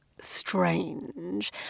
Strange